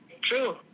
True